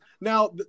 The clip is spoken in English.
Now